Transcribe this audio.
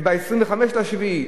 וב-25 ביולי,